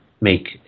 make